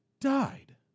died